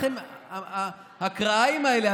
הכרעיים האלה,